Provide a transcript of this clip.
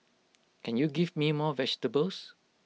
can you give me more vegetables